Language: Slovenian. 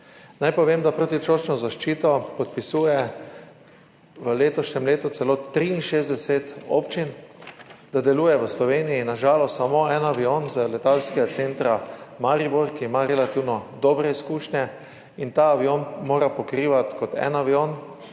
Naj povem, da protitočno zaščito podpisuje v letošnjem letu celo 63 občin, da deluje v Sloveniji na žalost samo en avion iz Letalskega centra Maribor, ki ima relativno dobre izkušnje, in ta avion mora pokrivati kot en avion